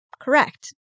Correct